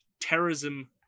terrorism